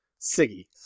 Siggy